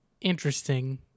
interesting